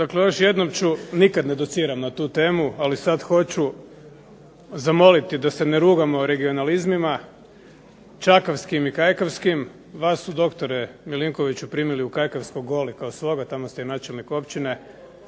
Dakle, još jednom ću nikada ne dociram na tu temu ali sada hoću zamoliti da se ne rugamo regionalizmima, čakavskim i kajkavskim. Vas su doktore Milinkoviću primili u kajkavsku Goli kao svoga, tamo ste i načelnik općine.